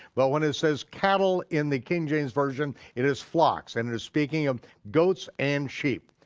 but when it says cattle in the king james version, it is flocks, and it is speaking of goats and sheep,